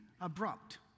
abrupt